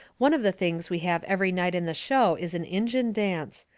one of the things we have every night in the show is an injun dance,